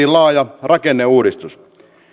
laaja rakenneuudistus